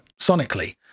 sonically